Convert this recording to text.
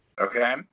Okay